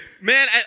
Man